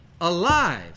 alive